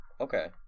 Okay